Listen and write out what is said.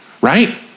right